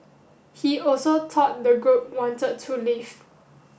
he also thought the group wanted to leave